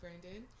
Brandon